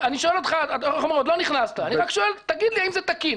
אני שואל אותך האם זה תקין?